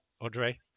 Audrey